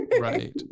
right